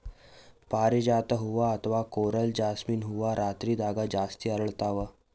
ಪಾರಿಜಾತ ಹೂವಾ ಅಥವಾ ಕೊರಲ್ ಜಾಸ್ಮಿನ್ ಹೂವಾ ರಾತ್ರಿದಾಗ್ ಜಾಸ್ತಿ ಅರಳ್ತಾವ